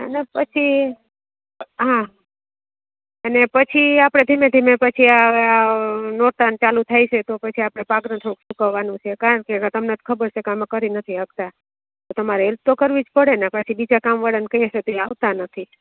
આના પછી હા અને પછી આપણે ધીમે ધીમે પછી આ હવે આ નોરતા ને ચાલું થાય છે તો પછી આપણે ભાગરું થોડુંક સૂકવવાનું છે કારણ કે તમને તો ખબર છે કે અમે કરી નથી શકતા તમારે હેલ્પ તો કરવી જ પડે ને પછી બીજા કામવાળાને કહીએ છીએ તો એ આવતા નથી